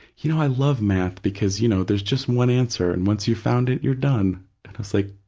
you know, i love math because, you know, there's just one answer and once you've found it you're done. i was like,